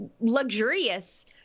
luxurious